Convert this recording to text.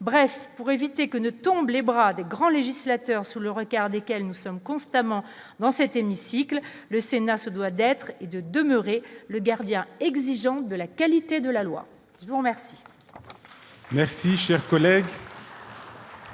bref, pour éviter que ne tombent, les bras de grand législateur sur le regarder quel nous sommes constamment dans cet hémicycle le Sénat se doit d'être et de demeurer le gardien exigeant de la qualité de la loi, je vous remercie.